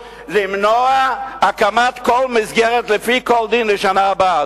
למנוע הקמת כל מסגרת לפי כל דין לשנה הבאה.